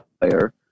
player